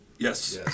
Yes